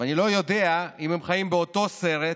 אני לא יודע אם הם חיים באותו סרט,